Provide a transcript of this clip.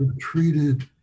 treated